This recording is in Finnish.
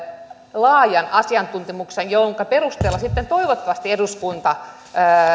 laajan asiantuntemuksen jonka perusteella sitten toivottavasti eduskunta